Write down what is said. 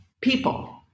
people